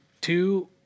two